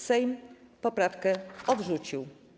Sejm poprawkę odrzucił.